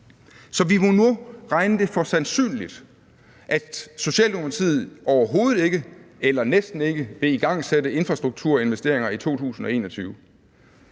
Så vi må nu regne det for sandsynligt, at Socialdemokratiet overhovedet ikke eller næsten ikke vil igangsætte infrastrukturinvesteringer i 2021.